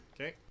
Okay